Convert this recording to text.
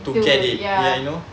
to ya